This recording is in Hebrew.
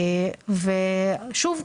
שוב,